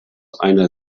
einer